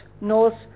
north